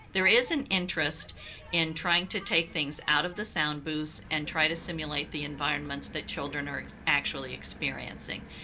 there is an interest in trying to take things out of the sound booths and trying to simulate the environments that children are actually experiencing.